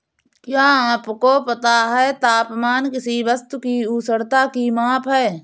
क्या आपको पता है तापमान किसी वस्तु की उष्णता की माप है?